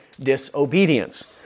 disobedience